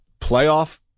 playoff